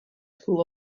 school